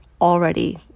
already